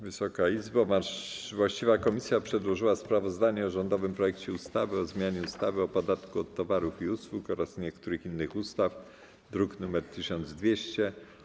Właściwa komisja przedłożyła sprawozdanie o rządowym projekcie ustawy o zmianie ustawy o podatku od towarów i usług oraz niektórych innych ustaw, druk nr 1200.